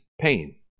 pain